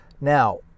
now